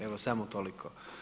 Evo samo toliko.